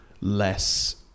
less